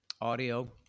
Audio